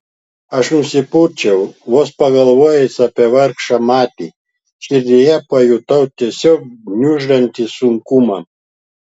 aš nusipurčiau vos pagalvojęs apie vargšą matį širdyje pajutau tiesiog gniuždantį sunkumą